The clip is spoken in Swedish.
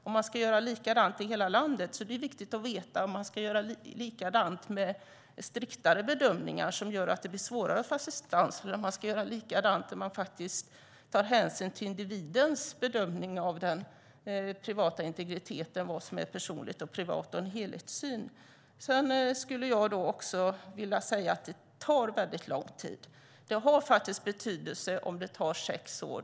Om man ska göra likadant i hela landet är det viktigt att veta om man ska göra likadant med striktare bedömningar som gör att det blir svårare att få assistans eller om man ska göra likadant där man tar hänsyn till individens bedömning av den privata integriteten, vad som är personligt och privat och har en helhetssyn. Det tar väldigt lång tid. Det har betydelse om det tar sex år.